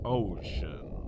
ocean